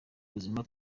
buzima